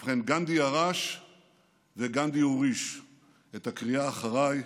ובכן, גנדי ירש וגנדי הוריש את הקריאה "אחריי",